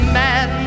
man